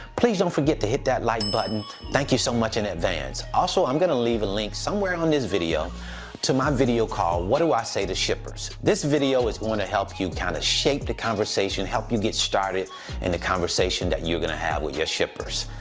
please don't forget to hit that like button. thank you so much in advance. also, i'm gonna leave a link somewhere on this video to my video call. what do i say to shippers? this video is help you kind of shape the conversation, help you get started in the conversation that you're gonna have with your shippers.